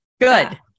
Good